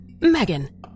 Megan